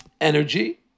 energy